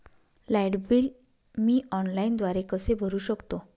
Light bill मी ऑनलाईनद्वारे कसे भरु शकतो?